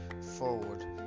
forward